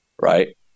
Right